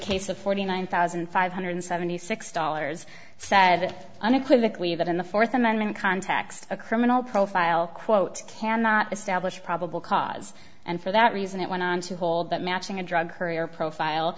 case of forty nine thousand five hundred seventy six dollars said unequivocally that in the fourth amendment context a criminal profile quote cannot establish probable cause and for that reason it went on to hold that matching a drug courier profile